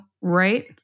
right